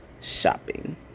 Shopping